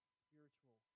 spiritual